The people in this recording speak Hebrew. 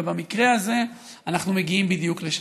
ובמקרה הזה אנחנו מגיעים בדיוק לשם.